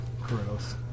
Gross